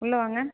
உள்ளே வாங்க